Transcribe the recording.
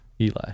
Eli